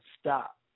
stop